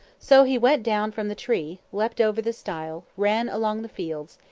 so he went down from the tree, leapt over the stile, ran along the fields,